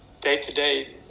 day-to-day